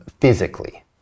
physically